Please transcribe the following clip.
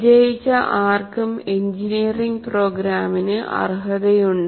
വിജയിച്ച ആർക്കും എഞ്ചിനീയറിംഗ് പ്രോഗ്രാമിന് അർഹതയുണ്ട്